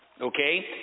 Okay